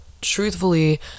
truthfully